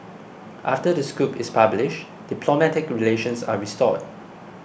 after the scoop is published diplomatic relations are restored